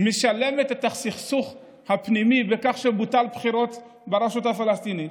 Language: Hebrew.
משלמת על הסכסוך הפנימי עקב ביטול הבחירות ברשות הפלסטינית.